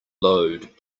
load